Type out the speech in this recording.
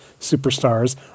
Superstars